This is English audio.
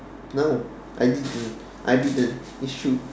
no I didn't I didn't it's true